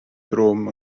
drwm